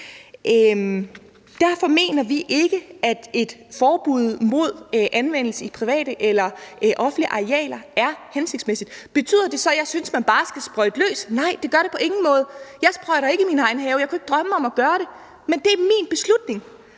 Derfor mener vi ikke, at et forbud mod anvendelse på private eller offentlige arealer er hensigtsmæssigt. Betyder det så, at jeg synes, at man bare skal sprøjte løs? Nej, det gør det på ingen måde. Jeg sprøjter ikke i min egen have, jeg kunne ikke drømme om at gøre det, men det er min beslutning.